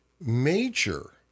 major